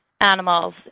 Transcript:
animals